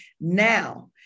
now